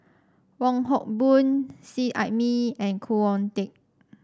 Wong Hock Boon Seet Ai Mee and Khoo Oon Teik